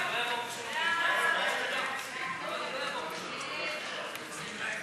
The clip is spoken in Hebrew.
ההצעה להסיר מסדר-היום